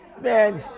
man